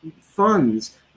funds